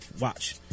watch